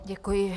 Děkuji.